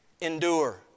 Endure